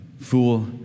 fool